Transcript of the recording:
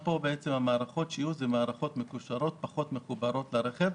פה המערכות יהיו יותר מקושרות, פחות מחוברות לרכב.